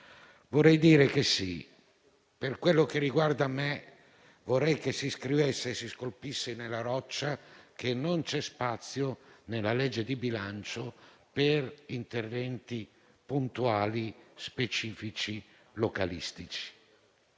mance e altro. Per quello che mi riguarda, vorrei che si scrivesse e si scolpisse nella roccia che non c'è spazio nella legge di bilancio per interventi puntuali, specifici, localistici.